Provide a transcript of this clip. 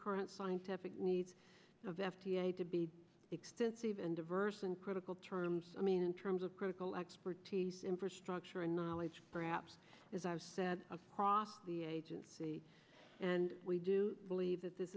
current scientific needs of f d a to be extensive and diverse and critical terms i mean in terms of critical expertise infrastructure and knowledge perhaps as i've said of cross the agency and we do believe that this